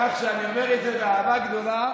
כך שאני אומר את זה באהבה גדולה,